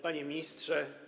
Panie Ministrze!